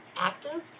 active